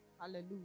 Hallelujah